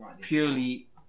purely